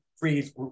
freeze